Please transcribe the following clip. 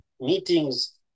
meetings